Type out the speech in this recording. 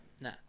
No